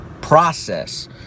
process